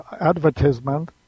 advertisement